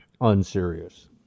Unserious